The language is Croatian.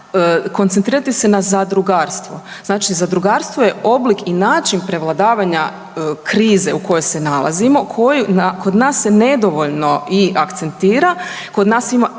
koncentrirati se na zadrugarstvo. Znači zadrugarstvo je oblik i način prevladavanja krize u kojoj se nalazimo, kod nas se nedovoljno i akcentira. Kod nas ima